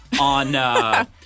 on